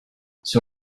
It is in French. sur